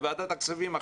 בוועדת הכספים,